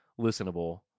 listenable